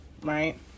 Right